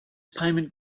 payment